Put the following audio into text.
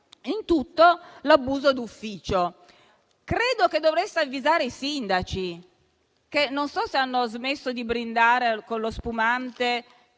in tutto l'abuso d'ufficio. Credo che dovreste avvisare i sindaci, che non so se hanno smesso di brindare con lo spumante